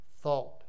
thought